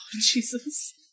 Jesus